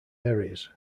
areas